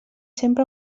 sempre